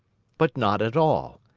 but not at all!